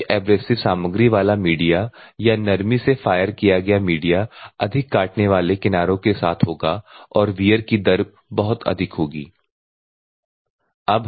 उच्च एब्रेसिव सामग्री वाला मीडिया या नरमी से फायर किया गया मीडिया अधिक काटने वाले किनारों के साथ होगा और वियर की दर बहुत अधिक होगी